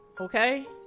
okay